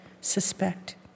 suspect